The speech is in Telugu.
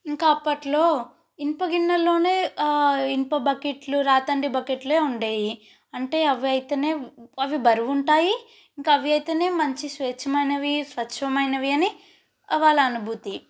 ఇంకా అప్పట్లో ఇనుప గిన్నెలలో ఇనుప బకెట్లు రాతంటి బకెట్లు ఉండేవి అంటే అవి అయితేనే అవి బరువు ఉంటాయి ఇంకా అవి అయితేనే మంచి స్వచ్ఛమైనవి స్వచ్ఛమైనవి అని వాళ్ళ అనుభూతి